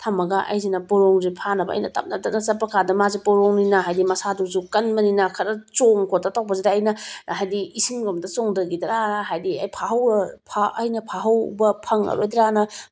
ꯊꯝꯃꯒ ꯑꯩꯁꯤꯅ ꯄꯣꯔꯣꯝꯁꯦ ꯐꯥꯅꯕ ꯑꯩꯅ ꯇꯞꯅ ꯇꯞꯅ ꯆꯠꯄꯀꯥꯟꯗ ꯃꯁꯦ ꯄꯣꯔꯣꯝꯅꯤꯅ ꯍꯥꯏꯗꯤ ꯃꯁꯥꯗꯨꯁꯨ ꯀꯟꯕꯅꯤꯅ ꯈꯔ ꯆꯣꯡ ꯈꯣꯠꯇꯅ ꯇꯧꯕꯁꯤꯗ ꯑꯩꯅ ꯍꯥꯏꯗꯤ ꯏꯁꯤꯡꯔꯣꯝꯗ ꯆꯣꯡꯊꯈꯤꯗ꯭ꯔ ꯍꯥꯏꯗꯤ ꯑꯩꯅ ꯐꯥꯍꯧꯕ ꯐꯪꯉꯥꯔꯣꯏꯗ꯭ꯔꯥꯅ